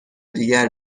دیگر